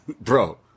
Bro